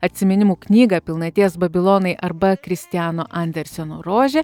atsiminimų knygą pilnaties babilonai arba kristiano anderseno rožė